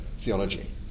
theology